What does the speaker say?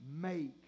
make